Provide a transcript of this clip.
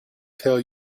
tell